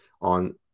on